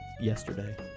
yesterday